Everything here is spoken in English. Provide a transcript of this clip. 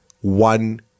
one